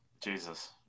Jesus